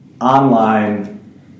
online